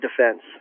defense